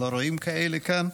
לא רואים כאלה כאן.